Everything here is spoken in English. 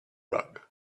rug